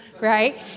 right